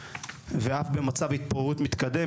ואף במצב התפוררות מתקדם.